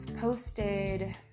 posted